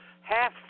half